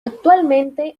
actualmente